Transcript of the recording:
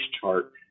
chart